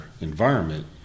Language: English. environment